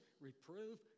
reprove